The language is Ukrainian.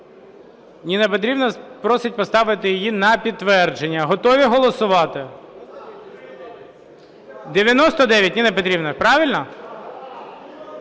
Ніна Петрівна просить поставити її на підтвердження. Готові голосувати? 99, Ніна Петрівна – правильно?